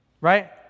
Right